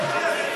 הערבים?